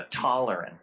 tolerance